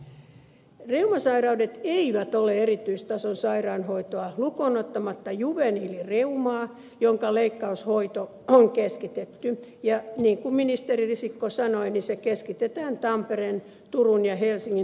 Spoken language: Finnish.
reumasairaudet eivät ole erityistason sairaanhoitoa lukuun ottamatta juveniilireumaa jonka leikkaushoito on keskitetty ja niin kuin ministeri risikko sanoi se keskitetään tampereen turun ja helsingin yliopistosairaaloihin